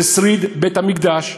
הכותל זה שריד בית-המקדש.